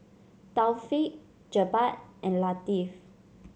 Taufik Jebat and Latif